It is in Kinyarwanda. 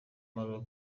maroc